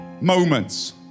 moments